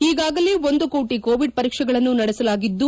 ಈಗಾಗಲೇ ಒಂದು ಕೋಟಿ ಕೋವಿಡ್ ಪರೀಕ್ಷೆಗಳನ್ನು ನಡೆಸಲಾಗಿದ್ದು